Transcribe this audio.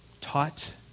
taught